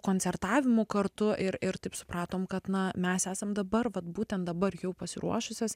koncertavimų kartu ir ir taip supratom kad na mes esam dabar vat būtent dabar jau pasiruošusios